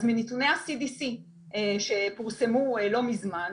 אז מנתוני ה-CDC שפורסמו לא מזמן,